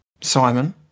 Simon